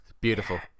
Beautiful